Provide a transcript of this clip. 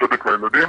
"צדק לילדים",